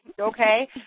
okay